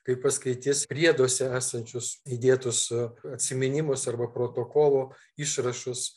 kai paskaitys prieduose esančius įdėtus atsiminimus arba protokolų išrašus